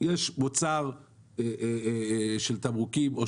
יש מוצר של תמרוקים,